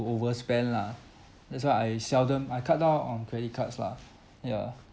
over spend lah that's why I seldom I cut down on credit cards lah ya